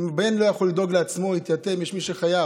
אם בן לא יכול לדאוג לעצמו, התייתם, יש מי שחייב.